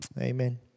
Amen